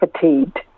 fatigued